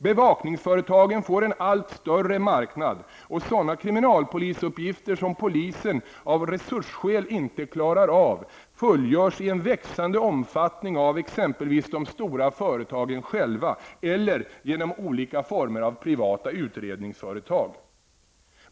Bevakningsföretagen får en allt större marknad, och sådana kriminalpolisuppgifter som polisen av resursskäl inte klarar av fullgörs i en växande omfattning av exempelvis de stora företagen själva eller genom olika typer av privata utredningsföretag.